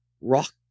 rock